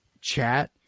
chat